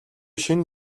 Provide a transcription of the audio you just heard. шинэ